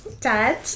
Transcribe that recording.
Dad